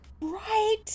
Right